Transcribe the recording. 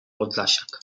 podlasiak